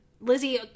Lizzie